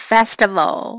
Festival